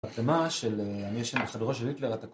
בהקדמה של אני ישן בחדרו של היטלר אתה...